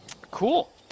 Cool